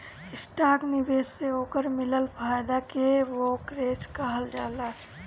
stock निवेश से ओकर मिलल फायदा के ब्रोकरेज कहल जाला